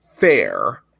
fair